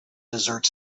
desert